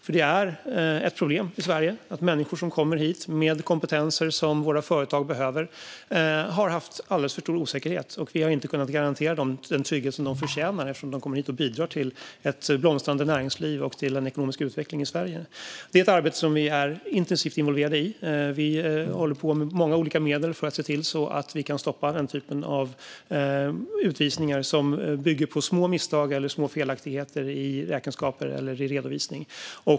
Det är nämligen ett problem i Sverige att människor som kommer hit med kompetenser som våra företag behöver har haft alldeles för stor osäkerhet, och vi har inte kunnat garantera dem den trygghet som de förtjänar eftersom de kommer hit och bidrar till ett blomstrande näringsliv och till en ekonomisk utveckling i Sverige. Detta är ett arbete som vi är intensivt involverade i. Vi håller med många olika medel på att se till att vi kan stoppa den typ av utvisningar som bygger på små misstag eller små felaktigheter i räkenskaper eller i redovisning.